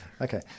Okay